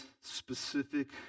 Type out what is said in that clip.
specific